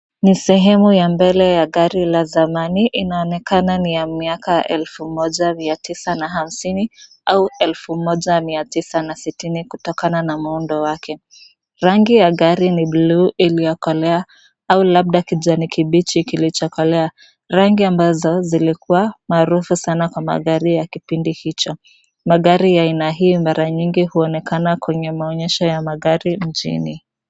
Ni sehemu ya mbele ya gari la zamani linaonekana ni ya miaka elfu moja mia tisa na hamsini au elfu moja mia tisa na sitini kutokana na muundo wake, rangi ya gari ni buluu iliokolea au labda kijani kibichi kilichokolea, rangi ambazo zilikuwa maarufu sana kwa magari ya kipindi hicho ,magari ya aina hii mara nyingi huonekana kwenye maonyesho ya magari mjini.